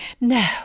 No